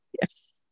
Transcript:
Yes